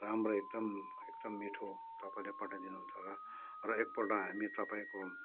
राम्रो एकदम एकदम मिठो तपाईँले पठाइदिनुहुन्छ र एकपल्ट हामी तपाईँको